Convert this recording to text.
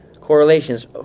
correlations